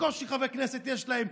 בקושי חברי כנסת יש להם.